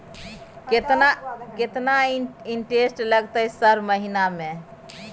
केतना इंटेरेस्ट लगतै सर हर महीना?